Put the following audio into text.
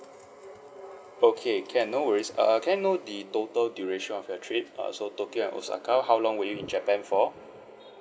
okay can no worries err can know the total duration of your trip uh so tokyo and osaka how long were you in japan for